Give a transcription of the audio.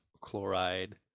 chloride